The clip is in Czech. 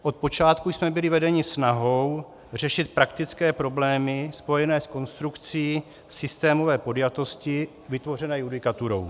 Od počátku jsme byli vedeni snahou řešit praktické problémy spojené s konstrukcí systémové podjatosti vytvořené judikaturou.